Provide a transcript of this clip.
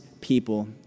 people